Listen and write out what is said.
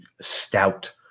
stout